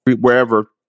wherever